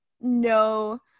no